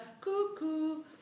Cuckoo